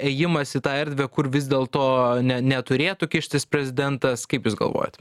ėjimas į tą erdvę kur vis dėl to ne neturėtų kištis prezidentas kaip jūs galvojat